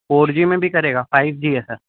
four G میں بھی کرے گا فائیو جی ہے سر